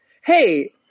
Hey